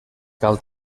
cal